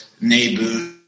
neighbors